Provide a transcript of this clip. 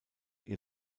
ihr